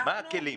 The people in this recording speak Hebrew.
מה הכלים?